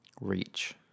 Reach